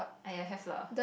!aiya! have lah